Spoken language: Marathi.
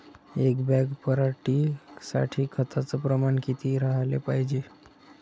एक बॅग पराटी साठी खताचं प्रमान किती राहाले पायजे?